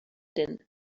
din